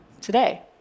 today